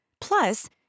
Plus